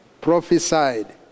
prophesied